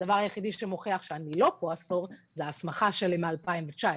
הדבר היחיד שמוכיח שאני לא פה עשור זו ההסמכה שלי מ-2019.